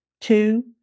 Two